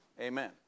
Amen